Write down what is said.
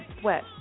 sweat